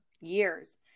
years